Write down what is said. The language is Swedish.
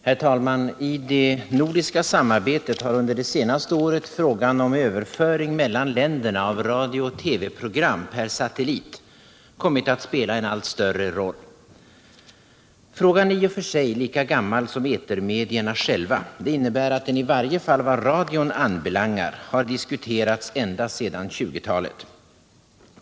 Herr talman! I det nordiska samarbetet har under det senaste året frågan om överföring mellan länderna av radiooch TV-program per satellit kommit att spela en allt större roll. Frågan är i och för sig lika gammal som etermedierna själva — det innebär att den i varje fall vad radion anbelangar diskuterats ända sedan 1920-talet.